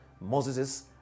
Moses